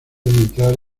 entrar